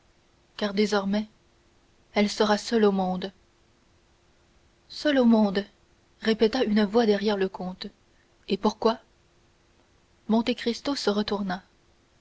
car désormais elle sera seule au monde seule au monde répéta une voix derrière le comte et pourquoi monte cristo se retourna